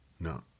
No